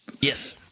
Yes